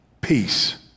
Peace